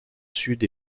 sud